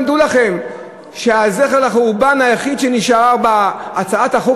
דעו לכם שהזכר לחורבן היחיד שנשאר בהצעת החוק